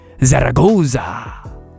Zaragoza